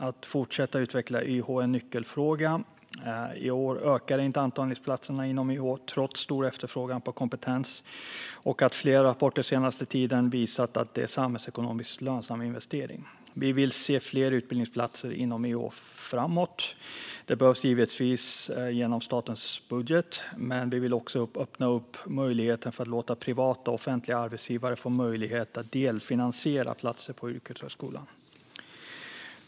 Att fortsätta att utveckla YH är nyckelfrågan. I år ökar inte antalet antagningsplatser inom YH, trots stor efterfrågan på kompetens. Flera rapporter har den senaste tiden visat att det är en samhällsekonomiskt lönsam investering. Vi vill se fler utbildningsplatser inom YH framåt. De behöver givetvis gå genom statens budget, men vi vill också öppna för möjligheten att låta privata offentliga arbetsgivare delfinansiera platser på yrkeshögskolan.